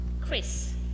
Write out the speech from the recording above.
Chris